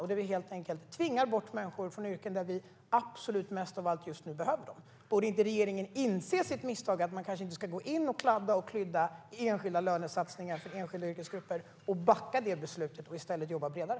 Vi tvingar helt enkelt bort människor från yrken där vi absolut mest av allt behöver dem. Borde inte regeringen inse sitt misstag - att man kanske inte ska gå in och kladda och kludda i enskilda lönesatsningar för enskilda yrkesgrupper - och backa det beslutet och i stället jobba bredare?